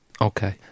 Okay